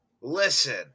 Listen